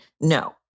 No